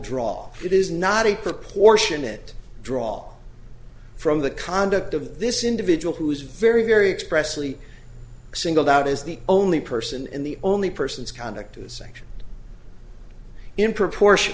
draw it is not a proportionate draw from the conduct of this individual who is very very expressively singled out as the only person and the only persons conduct a section in proportion